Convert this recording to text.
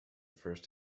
first